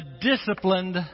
disciplined